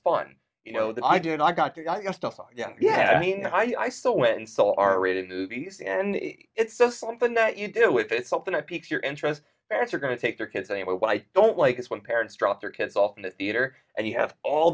fun you know that i do and i got to go yeah i mean i still went and saw r rated movies and it's just something that you do if it's something to pique your interest parents are going to take their kids say well i don't like it when parents drop their kids off in the theater and you have all